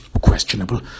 questionable